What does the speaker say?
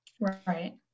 Right